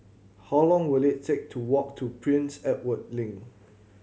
how long will it take to walk to Prince Edward Link